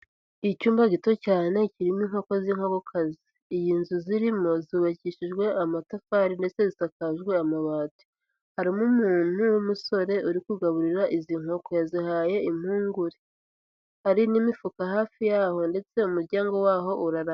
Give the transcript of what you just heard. Icyumba gito cyane kirimo inkoko z'inkokokazi, iyi nzu zirimo zubakishijwe amatafari ndetse zisakajwe amabati, harimo umuntu w'umusore uri kugaburira izi nkoko, yazihaye impungure, hari n'imifuka hafi yaho ndetse umuryango waho urara.